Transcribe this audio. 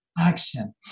action